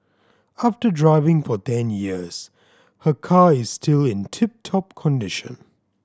after driving for ten years her car is still in tip top condition